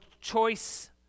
choice